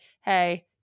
Hey